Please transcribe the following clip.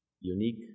unique